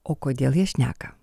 o kodėl jie šneka